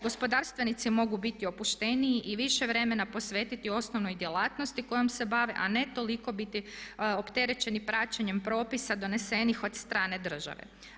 Gospodarstvenici mogu biti opušteniji i više vremena posvetiti osnovnoj djelatnosti kojom se bave, a ne toliko biti opterećeni praćenjem propisa donesenih od strane države.